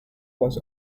was